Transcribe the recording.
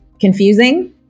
confusing